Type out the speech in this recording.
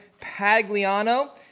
Pagliano